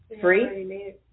Free